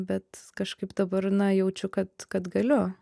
bet kažkaip dabar na jaučiu kad kad galiu